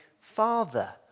father